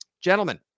Gentlemen